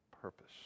purpose